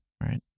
right